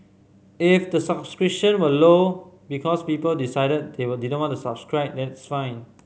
if the subscription were low because people decided they didn't want to subscribe that's fine